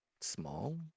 small